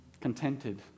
contented